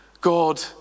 God